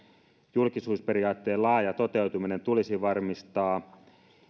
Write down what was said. julkisuusperiaatteen laaja toteutuminen tulisi varmistaa